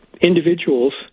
individuals